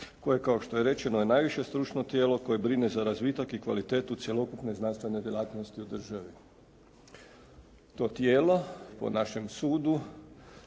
koje kao što je rečeno je najviše stručno tijelo koje brine za razvitak i kvalitetu cjelokupne znanstvene djelatnosti u državi. To tijelo po našem sudu